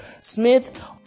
Smith